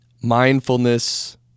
mindfulness